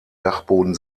dachboden